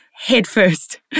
headfirst